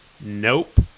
Nope